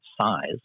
size